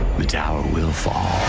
the tower will fall.